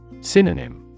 Synonym